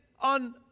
on